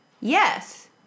Yes